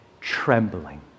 trembling